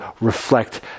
reflect